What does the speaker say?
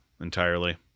entirely